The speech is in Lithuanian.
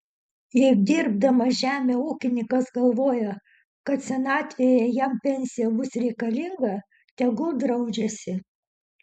jei dirbdamas žemę ūkininkas galvoja kad senatvėje jam pensija bus reikalinga tegul draudžiasi